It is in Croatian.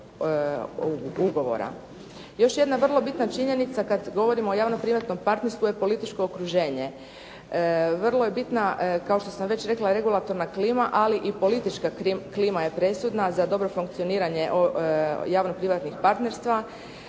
Još jedna vrlo bitna činjenica kada govorimo o javno privatnom partnerstvu je političko okruženje. Vrlo je bitna kao što sam već rekla regulatorna klima, ali i politička klima je presudna za dobro funkcioniranje javno privatnih partnerstva,